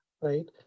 right